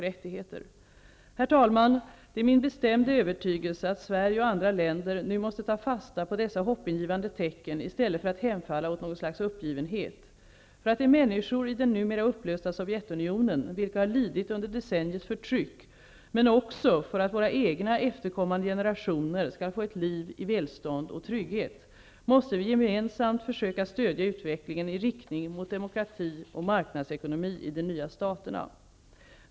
Det är min bestämda övertygelse att Sverige och andra länder nu måste ta fasta på dessa hoppingivande tecken i stället för att hemfalla åt någon slags uppgivenhet. För att de människor i den numera upplösta Sovjetunionen som lidit under decenniers förtryck, men också för att våra egna efterkommande generationer, skall få ett liv i välstånd och trygghet, måste vi gemensamt försöka stödja utvecklingen i riktning mot demokrati och marknadsekonomi i de nya staterna.